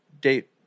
date